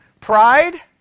pride